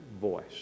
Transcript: voice